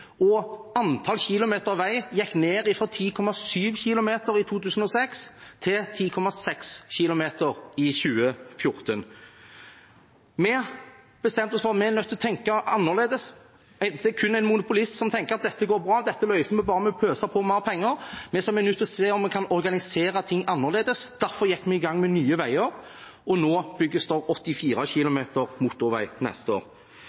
og antall kilometer ny vei gikk ned fra 10,7 km i 2006 til 10,6 km i 2014. Vi bestemte oss for at vi var nødt til å tenke annerledes. Det er kun en monopolist som tenker at dette går bra – dette løser vi bare vi pøser på med mer penger. Vi er nødt til å se hvordan vi kan organisere ting annerledes. Derfor gikk vi i gang med Nye veier, og nå bygges det 84 km motorvei neste år.